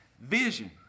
Vision